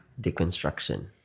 deconstruction